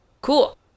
Cool